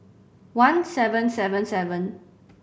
one seven seven seven